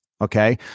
Okay